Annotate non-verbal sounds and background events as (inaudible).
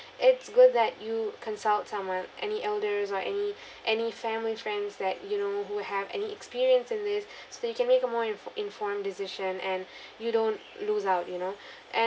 it's good that you consult someone any elders or any any family friends that you know who have any experience in this so you can make a more inf~ informed decision and (breath) you don't lose out you know and